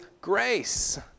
grace